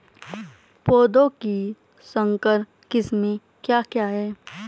पौधों की संकर किस्में क्या क्या हैं?